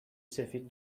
سفید